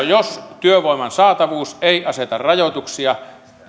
jos työvoiman saatavuus ei aseta rajoituksia niin